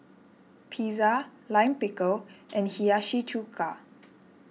Pizza Lime Pickle and Hiyashi Chuka